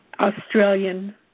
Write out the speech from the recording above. Australian